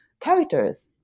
characters